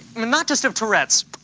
not just of tourette's,